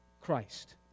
Christ